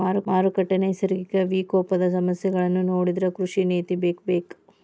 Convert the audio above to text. ಮಾರುಕಟ್ಟೆ, ನೈಸರ್ಗಿಕ ವಿಪಕೋಪದ ಸಮಸ್ಯೆಗಳನ್ನಾ ನೊಡಿದ್ರ ಕೃಷಿ ನೇತಿ ಬೇಕಬೇಕ